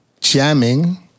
Jamming